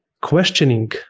questioning